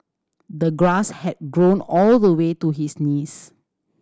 the grass had grown all the way to his knees